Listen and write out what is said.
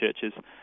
churches